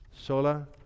Sola